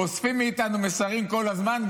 אוספים מאיתנו מסרים כל הזמן,